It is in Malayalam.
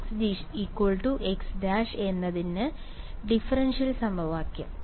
xx' എന്നതിലെ ഡിഫറൻഷ്യൽ സമവാക്യം